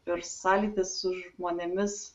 ir sąlytis su žmonėmis